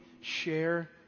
share